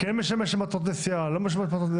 האם כן משמש למטרות נסיעה או לא משמש למטרות נסיעה.